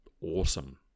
awesome